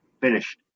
Finished